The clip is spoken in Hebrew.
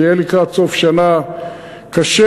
זה יהיה לקראת סוף השנה.